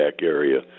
area